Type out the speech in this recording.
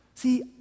See